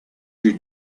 you